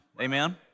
Amen